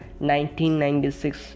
1996